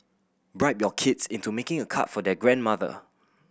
bribe your kids into making a card for their grandmother